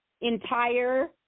entire